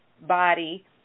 body